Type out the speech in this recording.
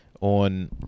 on